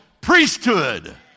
priesthood